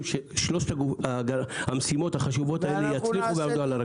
ששלוש המשימות החשובות האלה יצליחו ויעמדו על הרגליים.